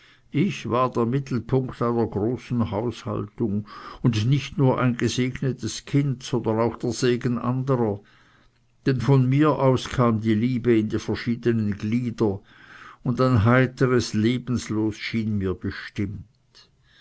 ich war der mittelpunkt einer großen haushaltung und nicht nur ein gesegnetes kind sondern auch der segen anderer denn von mir aus kam die liebe in die verschiedenen glieder und ein heiteres lebenslos schien mir bestimmt